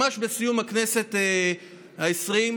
ממש בסיום הכנסת העשרים,